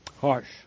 Harsh